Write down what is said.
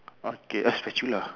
okay a spatula